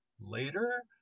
later